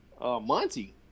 Monty